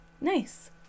nice